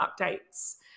updates